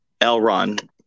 Elron